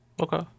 Okay